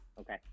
Okay